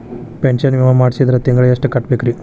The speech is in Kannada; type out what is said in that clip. ಪೆನ್ಶನ್ ವಿಮಾ ಮಾಡ್ಸಿದ್ರ ತಿಂಗಳ ಎಷ್ಟು ಕಟ್ಬೇಕ್ರಿ?